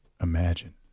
Imagine